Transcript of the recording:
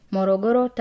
Morogoro